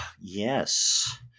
Yes